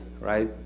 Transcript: right